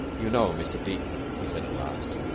you know, mr. bleke, he said at last,